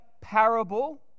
parable